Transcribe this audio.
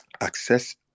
access